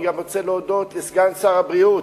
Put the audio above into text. אני רוצה להודות גם לסגן שר הבריאות,